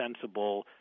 sensible